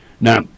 Now